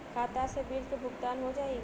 खाता से बिल के भुगतान हो जाई?